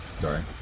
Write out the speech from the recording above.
Sorry